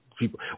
people